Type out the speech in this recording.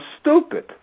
stupid